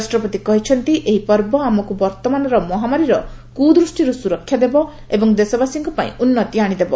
ରାଷ୍ଟ୍ରପତି କହିଛନ୍ତି ଏହି ପର୍ବ ଆମକୁ ବର୍ତ୍ତମାନର ମହାମାରୀର କୁ ଦୃଷ୍ଟିରୁ ସୁରକ୍ଷା ଦେବ ଏବଂ ଦେଶବାସୀଙ୍କ ପାଇଁ ଉନ୍ନତି ଆଣିଦେବ